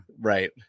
Right